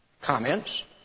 comments